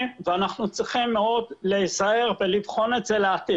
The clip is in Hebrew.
ואנחנו צריכים מאוד להיזהר ולבחון את זה לעתיד.